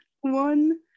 one